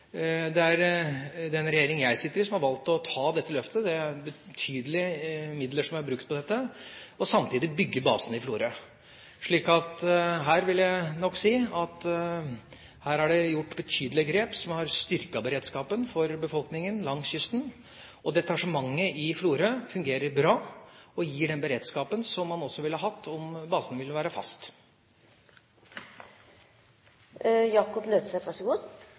Det er den regjeringa jeg sitter i, som har valgt å ta dette løftet. Det er betydelige midler som er brukt på dette, samtidig med å bygge basen i Florø. Jeg vil nok si at her er det gjort betydelige grep som har styrket beredskapen for befolkningen langs kysten. Detasjementet i Florø fungerer bra og gir den beredskapen som man også ville hatt om basen